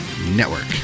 Network